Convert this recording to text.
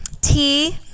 Tea